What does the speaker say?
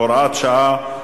הוראת שעה),